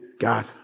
God